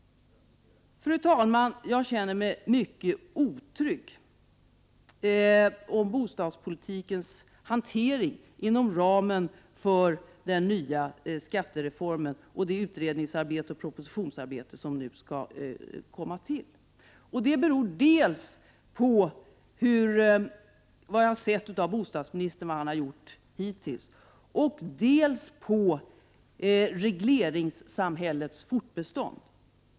Fru talman! Jag känner mig mycket otrygg när det gäller hanteringen av bostadspolitiken inom ramen för den nya skattereformen och det utredningsoch propositionsarbete som skall ske. Det beror dels på det som bostadsministern hittills har gjort, dels på regleringssamhällets fortbestånd.